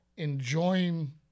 enjoying